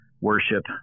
worship